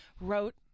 wrote